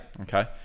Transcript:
Okay